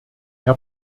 herr